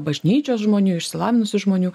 bažnyčios žmonių išsilavinusių žmonių